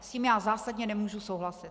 S tím já zásadně nemůžu souhlasit.